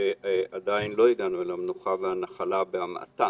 שעדיין לא הגענו אל המנוחה והנחלה בלשון המעטה